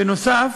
בנוסף,